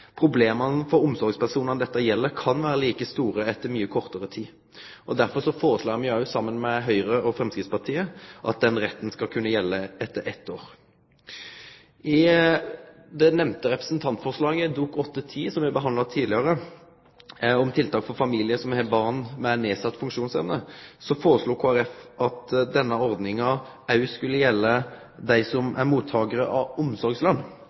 Problema for omsorgspersonane dette gjeld, kan vere like store etter mykje kortare tid. Derfor foreslår me òg, saman med Høgre og Framstegspartiet, at denne retten skal kunne gjelde etter eitt år. I det nemnde representantforslaget, Dokument 8:10 S, som me behandla tidlegare, om tiltak for familiar som har barn med nedsett funksjonsevne, foreslo Kristeleg Folkeparti at denne ordninga òg skulle gjelde dei som er mottakarar av